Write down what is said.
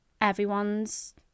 everyone's